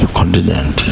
continent